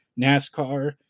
NASCAR